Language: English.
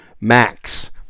Max